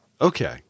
Okay